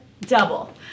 double